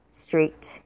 street